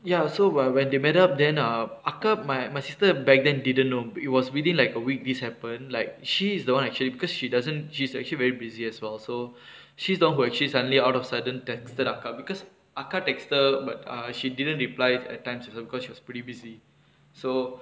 ya so wha~ when they met up then ah அக்கா:akka my my sister back then didn't know it was within like a week this happen like she is the [one] actually because she doesn't she's actually very busy as well so she's the [one] who actually suddenly out of sudden texted அக்கா:akka because அக்கா:akka text her but err she didn't reply at times to her because she was pretty busy so